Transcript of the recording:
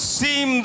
seem